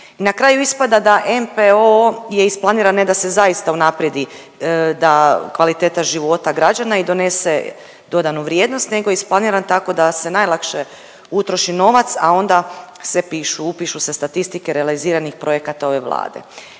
na kraju ispada da NPO je isplaniran ne da se zaista unaprijedi da kvaliteta života građana i donese dodanu vrijednost, nego je isplaniran tako da se najlakše utroši novac, a onda se pišu, upišu se statistike realiziranih projekata ove Vlade.